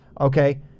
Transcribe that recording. Okay